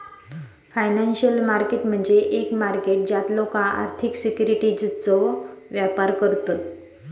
financial market म्हणजे एक market ज्यात लोका आर्थिक सिक्युरिटीजचो व्यापार करतत